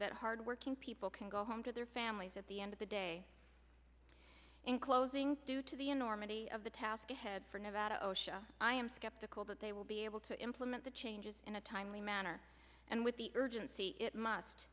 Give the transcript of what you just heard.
that hardworking people can go home to their families at the end of the day in closing due to the enormity of the task ahead for nevada osha i am skeptical that they will be able to implement the changes in a timely manner and with the urgency it must